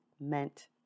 meant